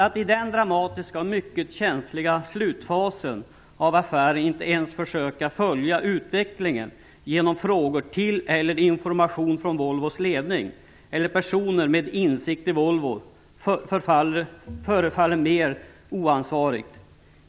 Att i den dramatiska och mycket känsliga slutfasen av affären inte ens försöka följa utvecklingen genom frågor till eller information från Volvos ledning eller personer med god insikt i Volvo, förefaller mer än oansvarigt.